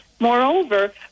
Moreover